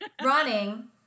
running